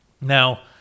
Now